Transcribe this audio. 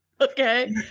Okay